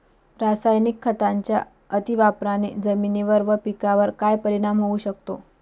रासायनिक खतांच्या अतिवापराने जमिनीवर व पिकावर काय परिणाम होऊ शकतो?